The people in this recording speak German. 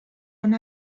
von